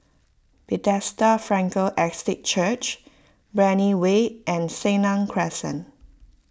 Bethesda Frankel Estate Church Brani Way and Senang Crescent